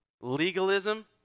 Legalism